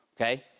okay